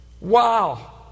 Wow